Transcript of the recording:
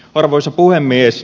arvoisa puhemies